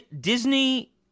Disney